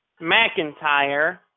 McIntyre